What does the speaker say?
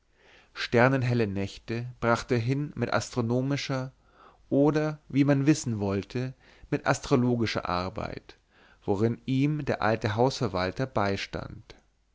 sternenhelle nächte brachte er hin mit astronomischer oder wie man wissen wollte mit astrologischer arbeit worin ihm der alte hausverwalter beistand